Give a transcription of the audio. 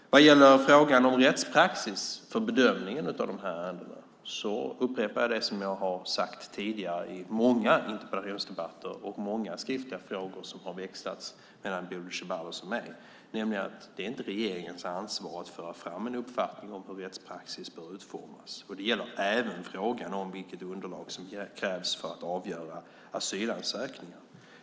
När det gäller frågan om rättspraxis för bedömningen av de här ärendena upprepar jag vad jag har sagt tidigare i många interpellationsdebatter och i svaren på många skriftliga frågor som har växlats mellan Bodil Ceballos och mig, nämligen att det inte är regeringens ansvar att föra fram en uppfattning om hur rättspraxis bör utformas. Det gäller även frågan om vilket underlag som krävs för att avgöra asylansökningar.